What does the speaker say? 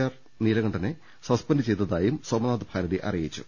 R നീലകണ്ഠനെ suspend ചെയ്തതായും സോമനാഥ് ഭാരതി അറിയിച്ചു